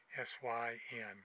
S-Y-N